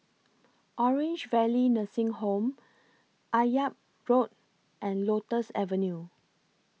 Orange Valley Nursing Home Akyab Road and Lotus Avenue